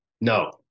no